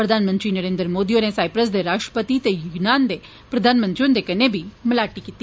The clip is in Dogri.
प्रधानमंत्री नरेन्द्र मोदी होरें साइप्रस दे राष्ट्रपति ते यूनान दे प्रधानमंत्री मित्सोताकिस हुन्दे कन्नै बी मलाटी कीती